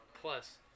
plus